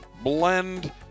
blend